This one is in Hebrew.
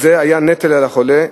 עצמו, וזה היה נטל על החולה.